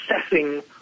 assessing